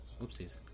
oopsies